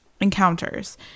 encounters